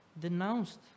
denounced